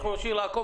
אנחנו נמשיך לעקוב.